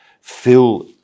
fill